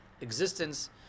existence